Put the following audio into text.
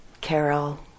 Carol